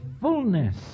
fullness